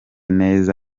neza